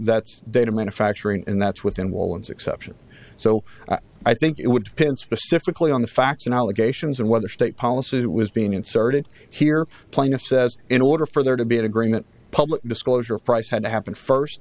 that's data manufacturing and that's within woolens exception so i think it would depend specifically on the facts and allegations and whether state policy was being inserted here playing a says in order for there to be an agreement public disclosure of price had to happen first